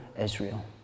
Israel